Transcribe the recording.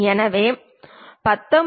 மேலும் 19